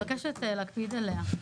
ואני מבקשת להקפיד עליה.